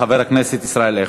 חבר הכנסת ישראל אייכלר.